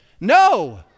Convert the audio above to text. No